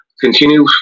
continue